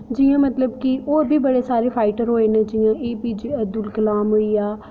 जि'यां मतलब कि होर बी बड़े सारे फाइटर होए न जि'यां A P J Abdul Kalam होई गेआ